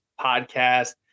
podcast